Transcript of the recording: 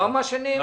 זה לא מה שנאמר.